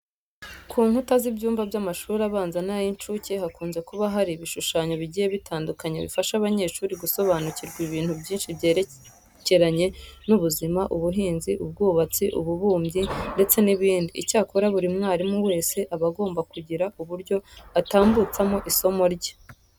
Ku nkuta z'ibyumba by'amashuri abanza n'ay'incuke hakunze kuba hari ibishushanyo bigiye bitandukanye bifasha abanyeshuri gusobanukirwa ibintu byinshi byerekeranye n'ubuzima, ubuhinzi, ubwubatsi, ububumbyi ndetse n'ibindi . Icyakora buri mwarimu wese aba agomba kugira uburyo atambutsamo isomo rye.